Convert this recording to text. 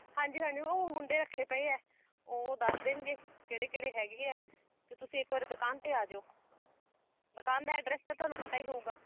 ਹਾਂਜੀ ਹਾਂਜੀ ਉਹ ਮੁੰਡੇ ਰੱਖੇ ਪਏ ਆ ਉਹ ਦੱਸ ਦੇਣਗੇ ਕਿਹੜੇ ਕਿਹੜੇ ਹੈਗੇ ਆ ਤਾਂ ਤੁਸੀਂ ਇੱਕ ਵਾਰ ਦੁਕਾਨ 'ਤੇ ਆ ਜਾਇਓ ਦੁਕਾਨ ਦਾ ਐਡਰੈਸ ਤਾਂ ਤੁਹਾਨੂੰ ਪਤਾ ਹੀ ਹੋਊਗਾ